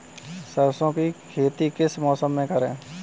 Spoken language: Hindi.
सरसों की खेती किस मौसम में करें?